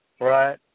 right